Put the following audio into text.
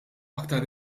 aktar